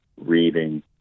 reading